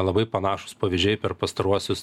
labai panašūs pavyzdžiai per pastaruosius